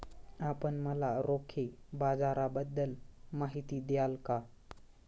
आपण मला रोखे बाजाराबद्दल माहिती द्याल का?